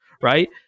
right